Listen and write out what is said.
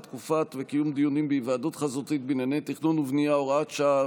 תקופות וקיום דיונים בהיוועדות חזותית בענייני תכנון ובנייה (הוראת שעה,